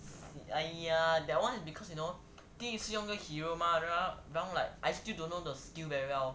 !aiya! that one is because you know 第一次用:di yi ciyong hero mah 然后 like I still don't know the skill very well